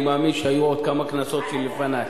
אני מאמין שהיו עוד כמה כנסות שלפנייך.